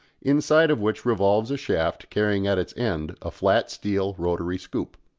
inside of which revolves a shaft carrying at its end a flat steel rotary scoop.